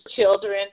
children